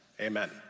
Amen